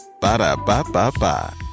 Ba-da-ba-ba-ba